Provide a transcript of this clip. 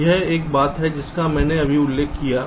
यह एक बात है जिसका मैंने अभी उल्लेख किया है